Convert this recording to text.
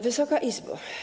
Wysoka Izbo!